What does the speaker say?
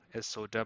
SOW